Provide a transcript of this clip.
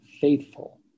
faithful